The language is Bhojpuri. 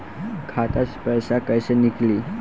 खाता से पैसा कैसे नीकली?